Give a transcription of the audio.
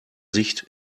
sicht